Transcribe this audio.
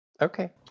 Okay